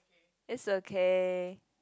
it's okay